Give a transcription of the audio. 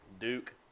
Duke